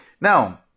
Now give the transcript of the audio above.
Now